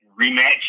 rematch